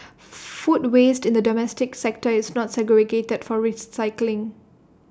food waste in the domestic sector is not segregated for rates cycling